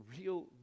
real